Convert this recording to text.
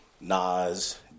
Nas